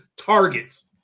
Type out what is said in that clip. targets